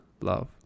love